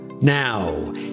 Now